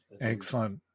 Excellent